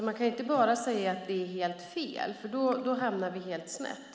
Man kan inte bara säga att det är helt fel, för då hamnar vi snett.